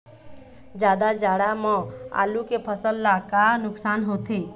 जादा जाड़ा म आलू के फसल ला का नुकसान होथे?